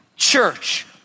Church